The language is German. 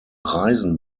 reisen